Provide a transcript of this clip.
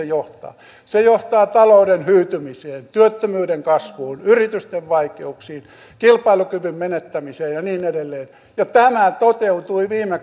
johtaa se johtaa talouden hyytymiseen työttömyyden kasvuun yritysten vaikeuksiin kilpailukyvyn menettämiseen ja ja niin edelleen ja tämä toteutui viime